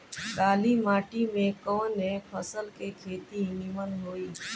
काली माटी में कवन फसल के खेती नीमन होई?